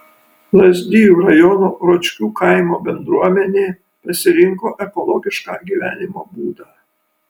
lazdijų rajono ročkių kaimo bendruomenė pasirinko ekologišką gyvenimo būdą